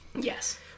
Yes